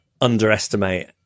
underestimate